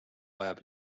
vajab